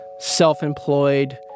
self-employed